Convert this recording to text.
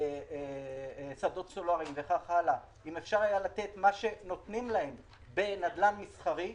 בשדות סולאריים וכו' בדיוק כמו שניתן להם בנדל"ן מסחרי,